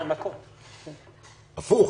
הפוך.